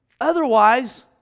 Otherwise